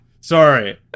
Sorry